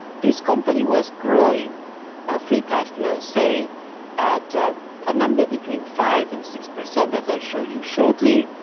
this company was growing free cash flow say at a number between five and six percent as i'll show you shortly,